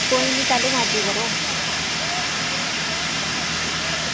कोई निं तैह्लू मरज़ी करो